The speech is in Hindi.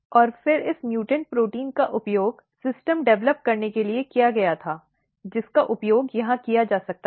और फिर इस उत्परिवर्ती प्रोटीन का उपयोग सिस्टम डिवेलप करने के लिए किया गया था जिसका उपयोग यहां किया जा सकता है